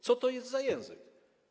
Co to jest za język?